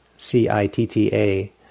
C-I-T-T-A